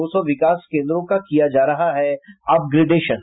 दो सौ विकास केन्द्रों का किया जा रहा है अपग्रेडेशन